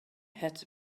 had